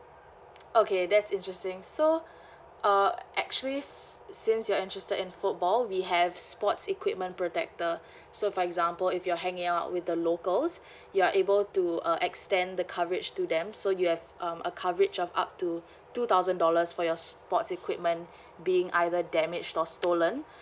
okay that's interesting so uh actually s~ since you're interested in football we have sports equipment protector so for example if you're hanging out with the locals you are able to uh extend the coverage to them so you have um a coverage of up to two thousand dollars for your sports equipment being either damaged or stolen